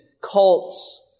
cults